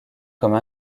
comme